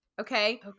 Okay